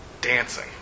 dancing